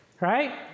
Right